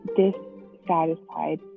dissatisfied